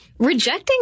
Rejecting